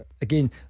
Again